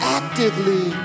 actively